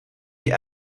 die